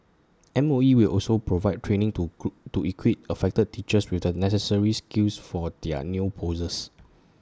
M O E will also provide training to crew to equip affected teachers with the necessary skills for their new posts